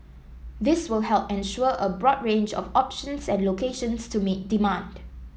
this will help ensure a broad range of options and locations to meet demand